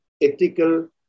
ethical